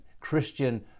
Christian